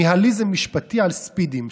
ניהיליזם משפטי על ספידים.